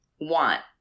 want